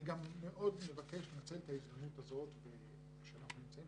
אני גם מאוד מבקש לנצל את ההזדמנות הזו שאנחנו נמצאים